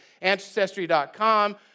ancestry.com